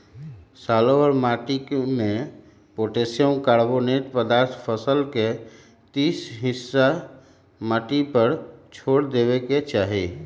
सालोभर माटिमें potassium, carbonic पदार्थ फसल के तीस हिस माटिए पर छोर देबेके चाही